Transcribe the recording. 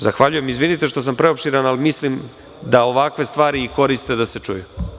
Zahvaljujem i izvinite što sam preopširan, ali mislim da ovakve stvari koriste da se čuju.